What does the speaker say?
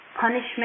punishment